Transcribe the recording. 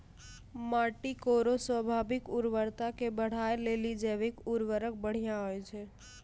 माटी केरो स्वाभाविक उर्वरता के बढ़ाय लेलि जैविक उर्वरक बढ़िया होय छै